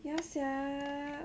ya sia